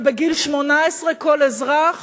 ובגיל 18 כל אזרח